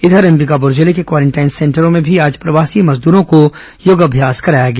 इधर अंबिकापुर जिले के क्वारेंटाइन सेंटरों में भी आज प्रवासी मजदरों को योगाम्यास कराया गया